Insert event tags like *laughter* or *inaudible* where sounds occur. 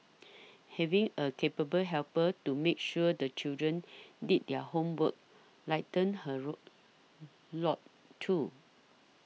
having a capable helper to make sure the children did their homework lightened her rock *noise* lord too